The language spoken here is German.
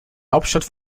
hauptstadt